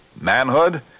manhood